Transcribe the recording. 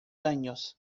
años